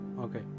Okay